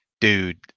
dude